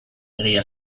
egia